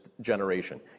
generation